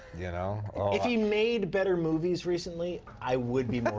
you know. if he made better movies recently i would be more